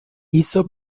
hizo